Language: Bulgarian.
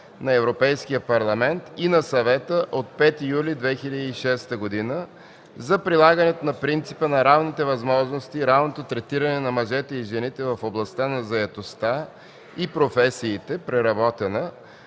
на Европейския парламент и на Съвета от 5 юли 2006 г. за прилагането на принципа на равните възможности и равното третиране на мъжете и жените в областта на заетостта и професиите (преработена)